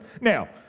Now